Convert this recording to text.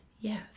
yes